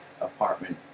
apartment